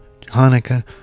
Hanukkah